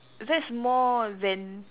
that's more than